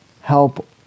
help